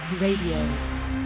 Radio